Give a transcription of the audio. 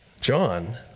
John